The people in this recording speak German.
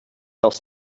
aufs